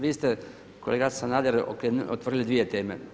Vi ste kolega Sanader otvorili dvije teme.